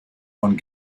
von